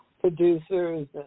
producers